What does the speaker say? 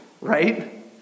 right